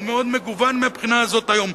הוא מאוד מגוון מהבחינה הזאת היום,